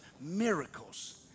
miracles